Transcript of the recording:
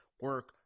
Work